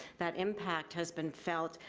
that impact has been felt,